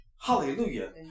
Hallelujah